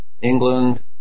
England